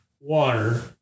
water